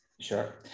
sure